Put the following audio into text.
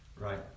right